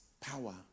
power